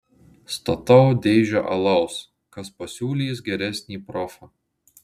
statau dėžę alaus kas pasiūlys geresnį profą